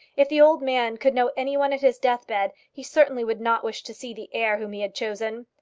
if the old man could know any one at his deathbed, he certainly would not wish to see the heir whom he had chosen.